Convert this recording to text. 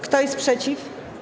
Kto jest przeciw?